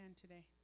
today